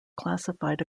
classified